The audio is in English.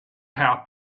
how